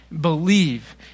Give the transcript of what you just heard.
believe